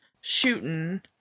shooting